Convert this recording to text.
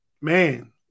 man